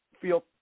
feel